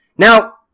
Now